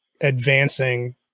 advancing